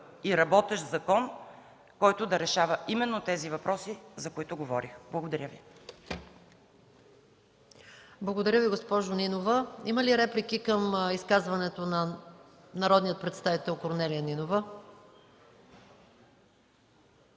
и работещ закон, който да решава именно тези въпроси, за които говорих. Благодаря. ПРЕДСЕДАТЕЛ МАЯ МАНОЛОВА: Благодаря Ви, госпожо Нинова. Има ли реплики към изказването на народния представител Корнелия Нинова?